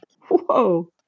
whoa